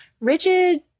rigid